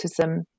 autism